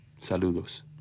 Saludos